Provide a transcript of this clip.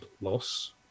loss